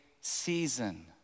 season